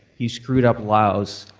he screwed up laos,